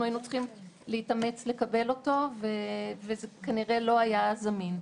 היינו צריכים להתאמץ לקבל אותו וכנראה שלא היה זמין.